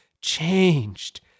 changed